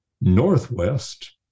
northwest